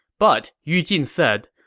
but yu jin said,